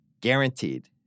Guaranteed